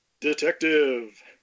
Detective